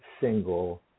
single